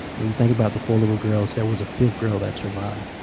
when you think about the four little girls, there was a fifth girl that survived,